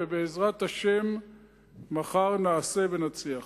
ובעזרת השם מחר נעשה ונצליח.